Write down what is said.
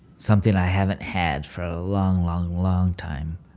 something i haven't had for a long long long time,